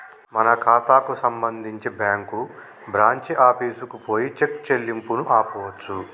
మన ఖాతాకు సంబంధించి బ్యాంకు బ్రాంచి ఆఫీసుకు పోయి చెక్ చెల్లింపును ఆపవచ్చు